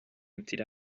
emptied